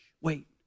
Wait